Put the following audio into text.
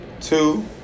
Two